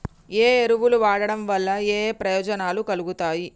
ఏ ఎరువులు వాడటం వల్ల ఏయే ప్రయోజనాలు కలుగుతయి?